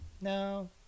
No